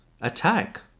attack